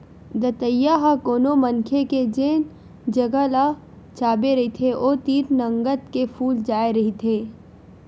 दतइया ह कोनो मनखे के जेन जगा ल चाबे रहिथे ओ तीर नंगत के फूल जाय रहिथे